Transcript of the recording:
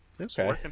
okay